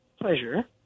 pleasure